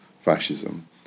fascism